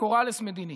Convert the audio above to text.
וקוראלס מדיני.